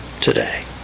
today